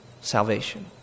Salvation